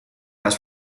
las